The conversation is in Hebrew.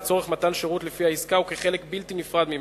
לצורך מתן שירות לפי העסקה וכחלק בלתי נפרד ממנה.